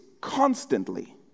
constantly